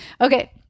Okay